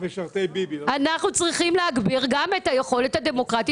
אנחנו צריכים להגביר גם את היכולת הדמוקרטית